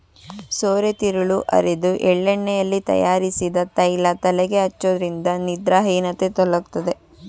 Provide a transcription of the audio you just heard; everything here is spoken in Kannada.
ಸೋರೆತಿರುಳು ಅರೆದು ಎಳ್ಳೆಣ್ಣೆಯಲ್ಲಿ ತಯಾರಿಸಿದ ತೈಲ ತಲೆಗೆ ಹಚ್ಚೋದ್ರಿಂದ ನಿದ್ರಾಹೀನತೆ ತೊಲಗ್ತದೆ